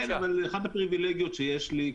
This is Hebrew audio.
אחת הפריבילגיות שיש לי,